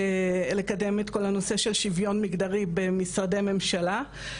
לקדם את כל הנושא של שוויון מגדרי במשרדי ממשלה,